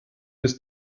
bis